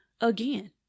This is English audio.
again